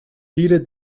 heated